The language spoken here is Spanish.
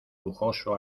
lujoso